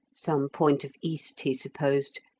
some point of east he supposed.